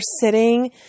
sitting